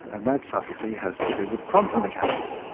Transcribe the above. and that subtlety has to do with quantum mechanics.